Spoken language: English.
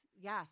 Yes